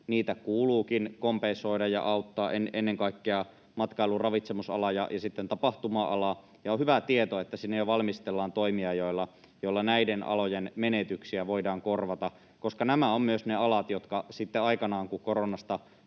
niitä kuuluukin kompensoida ja auttaa, ennen kaikkea matkailu- ja ravitsemusalaa ja sitten tapahtuma-alaa. Ja on hyvä tieto, että sinne jo valmistellaan toimia, joilla näiden alojen menetyksiä voidaan korvata, koska nämä ovat myös ne alat, jotka sitten aikanaan, kun koronasta